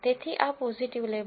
તેથી આ positive label છે